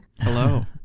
Hello